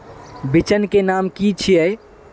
बिचन के नाम की छिये?